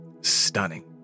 Stunning